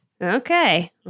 Okay